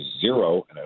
zero